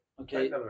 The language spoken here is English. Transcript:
Okay